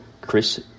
Chris